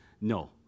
No